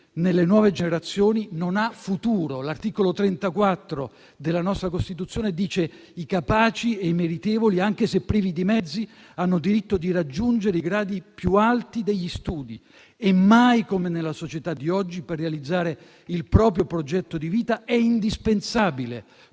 nelle nuove generazioni non ha futuro. L'articolo 34 della nostra Costituzione afferma: «i capaci e i meritevoli, anche se privi di mezzi, hanno diritto di raggiungere i gradi più alti degli studi». Mai come nella società di oggi per realizzare il proprio progetto di vita è indispensabile